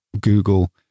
Google